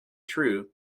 true